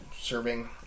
serving